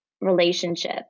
relationship